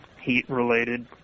heat-related